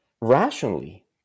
Rationally